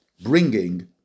Bringing